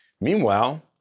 Meanwhile